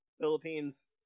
Philippines